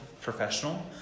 professional